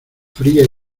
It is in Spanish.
fría